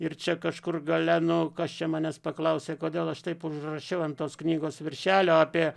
ir čia kažkur gale nu kas čia manęs paklausė kodėl aš taip užrašiau ant tos knygos viršelio apie